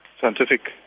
scientific